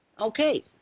Okay